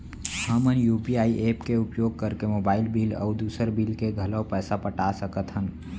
हमन UPI app के उपयोग करके मोबाइल बिल अऊ दुसर बिल के घलो पैसा पटा सकत हन